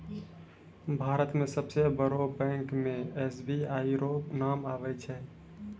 भारत मे सबसे बड़ो बैंक मे एस.बी.आई रो नाम आबै छै